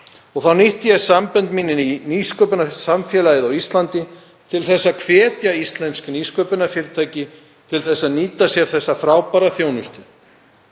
Þá nýtti ég sambönd mín inn í nýsköpunarsamfélagið á Íslandi til að hvetja íslensk nýsköpunarfyrirtæki til að nýta sér þessa frábæru þjónustu.